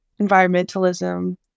environmentalism